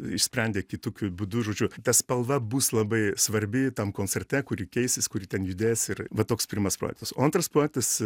išsprendė kitokiu būdu žodžiu ta spalva bus labai svarbi tam koncerte kuri keisis kuri ten judės ir va toks pirmas projektas o antras projektas